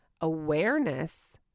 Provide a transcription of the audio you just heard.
awareness